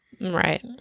Right